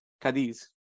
Cadiz